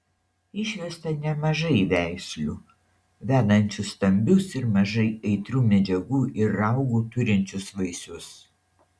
išvesta nemažai veislių vedančių stambius ir mažai aitrių medžiagų ir raugų turinčius vaisius